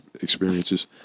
experiences